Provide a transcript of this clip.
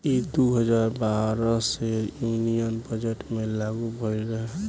ई दू हजार बारह मे यूनियन बजट मे लागू भईल रहे